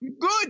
Good